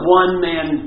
one-man